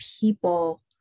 people